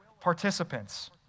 participants